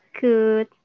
good